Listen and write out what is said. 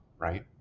right